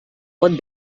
pot